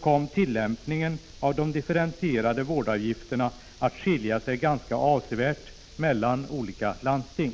kom tillämpningen av de differentierade vårdavgifterna att skilja sig ganska avsevärt mellan olika landsting.